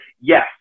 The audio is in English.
yes